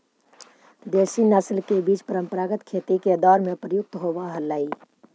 देशी नस्ल के बीज परम्परागत खेती के दौर में प्रयुक्त होवऽ हलई